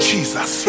Jesus